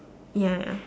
ya ya